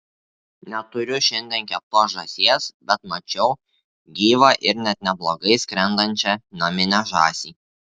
neturiu šiandien keptos žąsies bet mačiau gyvą ir net neblogai skrendančią naminę žąsį